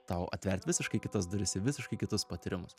tau atvert visiškai kitas duris į visiškai kitus patyrimus